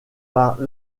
par